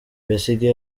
besigye